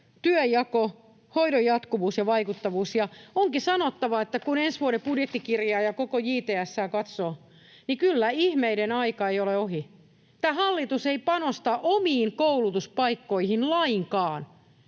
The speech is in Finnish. työnjako, hoidon jatkuvuus ja vaikuttavuus”. Onkin sanottava, että kun ensi vuoden budjettikirjaa ja koko JTS:ää katsoo, niin kyllä ihmeiden aika ei ole ohi. Tämä hallitus ei panosta omiin koulutuspaikkoihin lainkaan.